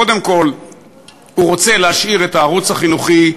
קודם כול הוא רוצה להשאיר את הערוץ החינוכי,